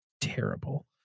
terrible